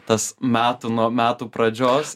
tas metų nuo metų pradžios